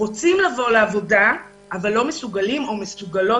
שרוצים לבוא לעבודה אבל לא מסוגלים או מסוגלות,